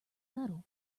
medal